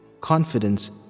Confidence